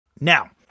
now